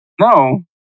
No